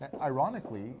Ironically